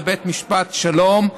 לבית משפט שלום,